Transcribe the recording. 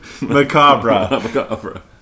Macabre